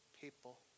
people